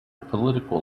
political